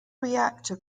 reactor